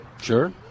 Sure